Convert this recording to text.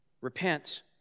repent